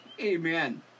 Amen